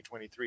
2023